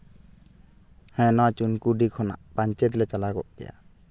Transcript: ᱦᱮᱸ ᱱᱚᱣᱟ ᱪᱩᱱᱠᱩᱰᱤ ᱠᱷᱚᱱᱟᱜ ᱯᱟᱧᱪᱮᱛ ᱞᱮ ᱪᱟᱞᱟᱣ ᱠᱚᱜ ᱠᱮᱭᱟ